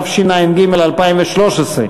התשע"ג 2013,